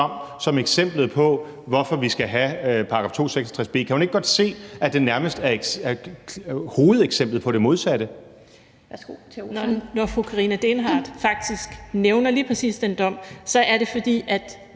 som eksemplet på, hvorfor vi skal have § 266 b. Kan hun ikke godt se, at det nærmest er hovedeksemplet på det modsatte?